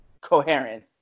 coherent